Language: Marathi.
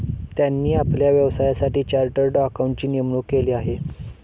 त्यांनी आपल्या व्यवसायासाठी चार्टर्ड अकाउंटंटची नेमणूक केली आहे